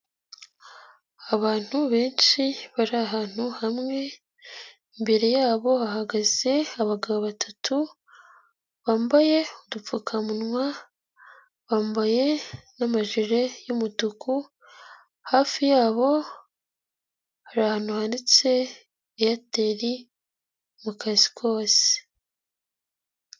Abantu benshi bari ahantu hamwe, imbere yabo hahagaze abagabo batatu, bambaye udupfukamunwa, bambaye n'amajire y'umutuku, hafi yabo ahantu hanitse Eyateli mu kazi kose.